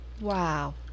wow